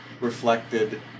reflected